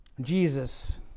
Jesus